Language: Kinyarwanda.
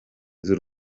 z’u